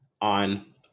on